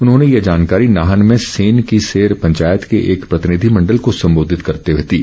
उन्होंने ये जानकारी नाहन में सेन की सेर पंचायत के एक प्रतिनिधिमण्डल को संबोधित करते हुए दी